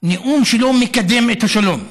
שהנאום שלו מקדם את השלום.